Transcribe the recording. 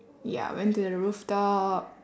ya went to the rooftop